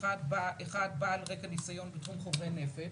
אחד בעל רקע וניסיון בתחום חומרי הנפץ.